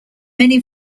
many